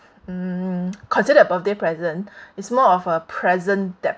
mm considered a birthday present it's more of a present that